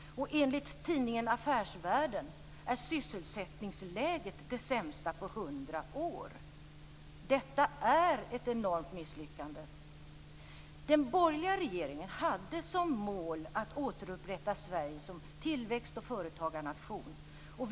Enligt tidningen Affärsvärlden är sysselsättningsläget det sämsta på 100 år. Detta är ett enormt misslyckande. Den borgerliga regeringen hade som mål att återupprätta Sverige som tillväxt och företagarnation.